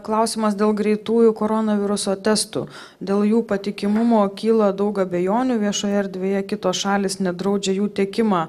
klausimas dėl greitųjų koronaviruso testų dėl jų patikimumo kyla daug abejonių viešoje erdvėje kitos šalys net draudžia jų tiekimą